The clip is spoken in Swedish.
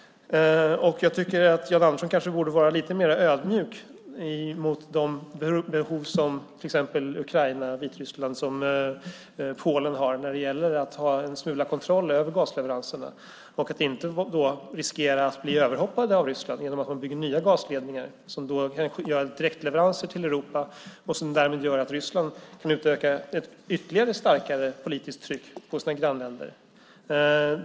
Jan Andersson borde vara lite mer ödmjuk inför de behov som till exempel Ukraina, Vitryssland och Polen har när det gäller att få en smula kontroll över gasleveranserna. De ska inte behöva riskera att bli överhoppade av Ryssland genom att det byggs nya gasledningar som ger direktleveranser till Europa och gör att Ryssland kan utöva ytterligare politiskt tryck på sina grannländer.